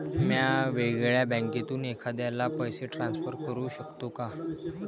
म्या वेगळ्या बँकेतून एखाद्याला पैसे ट्रान्सफर करू शकतो का?